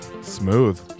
smooth